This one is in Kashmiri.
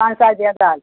پَنٛژاہ بیگ آز